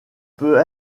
peut